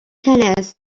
tennis